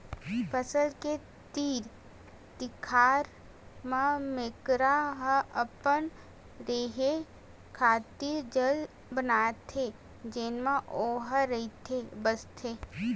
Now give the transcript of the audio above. फसल के तीर तिखार म मेकरा ह अपन रेहे खातिर जाल बनाथे जेमा ओहा रहिथे बसथे